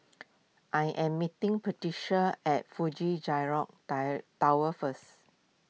I am meeting Patricia at Fuji Xerox die Tower first